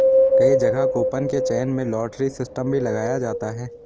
कई जगह कूपन के चयन में लॉटरी सिस्टम भी लगाया जाता है